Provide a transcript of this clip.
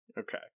okay